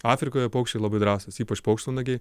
afrikoje paukščiai labai drąsūs ypač paukštvanagiai